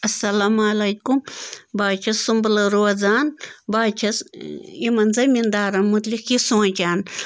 اَلسلامُ علیکُم بہٕ حظ چھَس سُمبلہٕ روزان بہٕ حظ چھَس یِمَن زمیٖندارَن مُتعلِق یہِ سونٛچان